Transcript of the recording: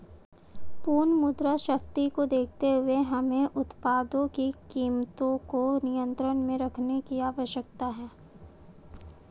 पुनः मुद्रास्फीति को देखते हुए हमें उत्पादों की कीमतों को नियंत्रण में रखने की आवश्यकता है